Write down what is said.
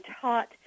taught